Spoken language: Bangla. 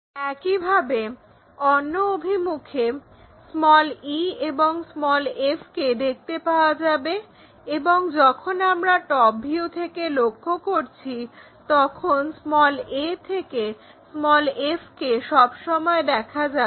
একইভাবে অন্য অভিমুখে e এবং f কে দেখতে পাওয়া যাবে এবং যখন আমরা টপ ভিউ থেকে লক্ষ্য করছি তখন a থেকে f কে সব সময় দেখা যাবে